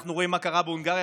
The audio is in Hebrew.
אנחנו רואים מה קרה בהונגריה,